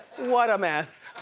what a mess.